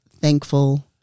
thankful